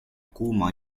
kuuma